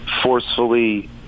forcefully